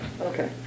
Okay